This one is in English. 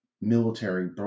military